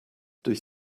durch